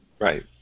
Right